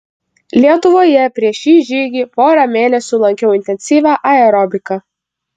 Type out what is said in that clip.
lietuvoje prieš šį žygį porą mėnesių lankiau intensyvią aerobiką